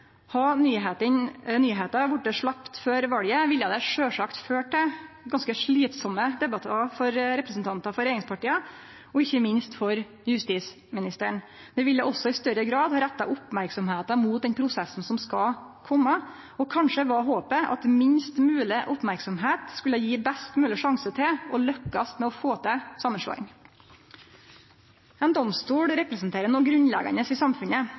ha ført til ganske slitsame debattar for representantar for regjeringspartia, og ikkje minst for justisministeren. Det ville òg i større grad ha retta merksemda mot den prosessen som skal kome, og kanskje var håpet at minst mogleg merksemd skulle gje best mogleg sjanse for å lukkast med å få til samanslåingane. Ein domstol representerer noko grunnleggjande i samfunnet.